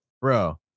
bro